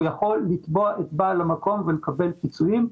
הוא יכול לתבוע את בעל המקום ולקבל פיצויים.